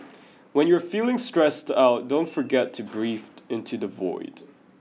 when you are feeling stressed out don't forget to breathe into the void